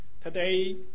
Today